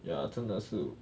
ya 这真的是